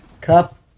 Cup